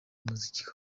muzika